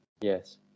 Yes